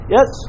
Yes